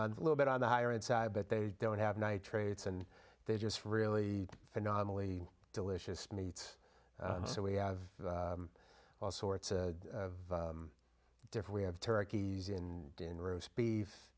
on a little bit on the higher end side but they don't have nitrates and they just really phenomenally delicious meats so we have all sorts of different way of turkeys and roast beef